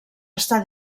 està